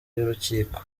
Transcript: y’urukiko